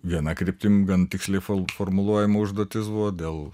viena kryptim gan tiksliai fol formuluojama užduotis buvo dėl